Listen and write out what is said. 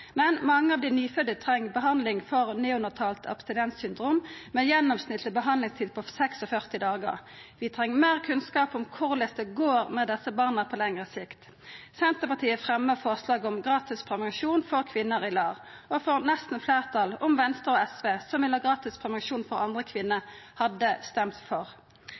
Men mange av dei nyfødde treng behandling for neonatalt abstinenssyndrom med gjennomsnittleg behandlingstid på 46 dagar. Vi treng meir kunnskap om korleis det går med desse barna på lengre sikt. Senterpartiet fremjar forslag om gratis prevensjon for kvinner i LAR – og får nesten fleirtal, om Venstre og SV, som vil ha gratis prevensjon for andre kvinner, hadde stemt for.